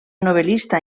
novel·lista